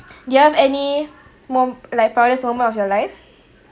do you have any mom~ like proudest moment of your life